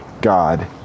God